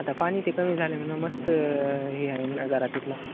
आता पाणी ते कमी झाले म्हणून मस्त हे आहे नजारा तिथला